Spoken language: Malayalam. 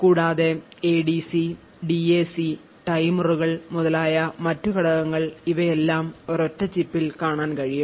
കൂടാതെ എഡിസി ഡിഎസി ടൈമറുകൾ മുതലായ മറ്റ് ഘടകങ്ങൾ ഇവയെല്ലാം ഒരൊറ്റ ചിപ്പിൽ കാണാൻ കഴിയും